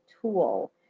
tool